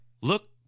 Look